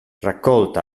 raccolta